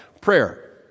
Prayer